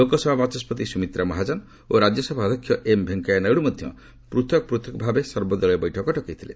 ଲୋକସଭା ବାଚସ୍କତି ସୁମିତ୍ରା ମହାଜନ ଓ ରାଜ୍ୟ ସଭା ଅଧ୍ୟକ୍ଷ ଏମ୍ ଭେଙ୍କୟା ନାଇଡ଼ୁ ମଧ୍ୟ ପୃଥକ ପୃଥକ ଭାବେ ସର୍ବଦଳୀୟ ବୈଠକ ଡକାଇଥିଲେ